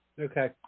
Okay